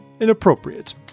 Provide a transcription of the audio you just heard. inappropriate